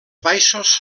baixos